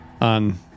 on